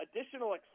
additional